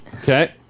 okay